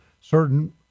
certain